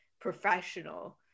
professional